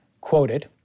quoted